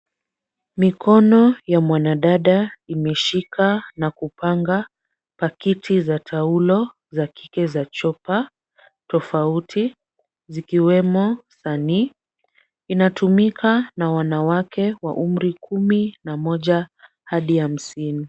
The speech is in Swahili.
Mikono ya mwanadada imeshika na kupanga pakiti za taulo za kike za Chopa tofauti zikiwemo Sanii hutumika na wanawake wa umri kuminamoja hadi hamsini.